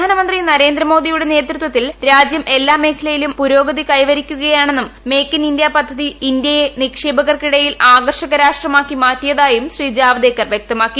പ്രധാനമന്ത്രി നരേന്ദ്രമോദിയുടെ നേതൃത്വത്തിൽ രാജ്യം എല്ലാ മേഖലയിലും പുരോഗതി കൈവരിക്കുകയാണെന്നും മേക്ക് ഇൻ ഇന്ത്യ പദ്ധതി ഇന്ത്യയെ നിക്ഷേപകർക്കിടയിൽ ആകർഷക രാഷ്ട്രമാക്കി മാറ്റിയതായും ശ്രീ ജവദേക്കർ വ്യക്തമാക്കി